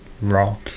rock